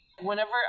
Whenever